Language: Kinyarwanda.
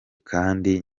kandi